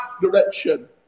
direction